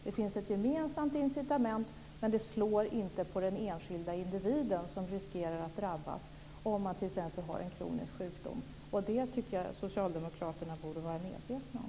Det finns ett gemensamt incitament, men det slår inte på den enskilde individen, som riskerar att drabbas om han t.ex. har en kronisk sjukdom. Det tycker jag att Socialdemokraterna borde vara medvetna om.